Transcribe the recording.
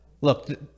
look